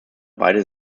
beide